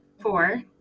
Four